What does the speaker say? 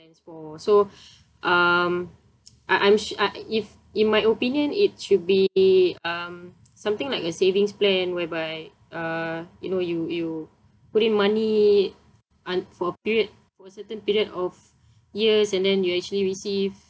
so um I I'm sh~ I if in my opinion it should be um something like a savings plan whereby uh you know you you put in money un~ for a period for a certain period of years and then you actually receive